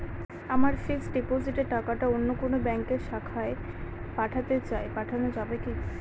আমার ফিক্সট ডিপোজিটের টাকাটা অন্য কোন ব্যঙ্কের শাখায় পাঠাতে চাই পাঠানো যাবে কি?